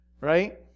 right